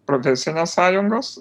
profesinės sąjungos